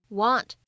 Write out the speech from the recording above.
want